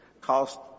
cost